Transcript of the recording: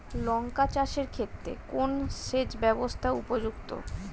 লঙ্কা চাষের ক্ষেত্রে কোন সেচব্যবস্থা উপযুক্ত?